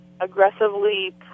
aggressively